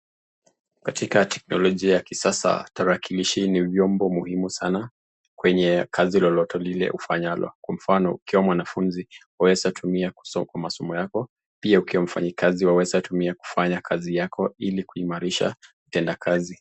Katika teknolojia ya kisasa, tarakilishi ni vyombo muhimu sanaa kwenye kazi lile ufanyalo. Kwa mfano, ukiwa mwanafunzi waeza tumia kusoma masomo yako. Pia ukiwa mfanyikazi waeza tumia kufanya kazi yako ili kuimarisha utendakazi.